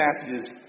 passages